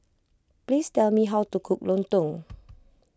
please tell me how to cook Lontong